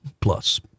Plus